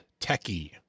techie